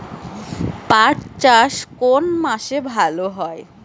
পাট চাষ কোন মাসে ভালো হয়?